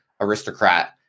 aristocrat